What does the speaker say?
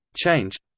change